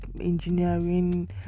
engineering